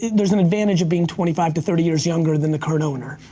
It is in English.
there's an advantage of being twenty five to thirty years younger than the current owner,